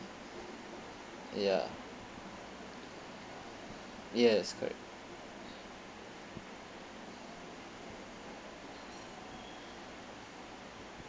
ya yes correct